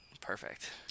Perfect